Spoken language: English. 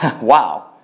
Wow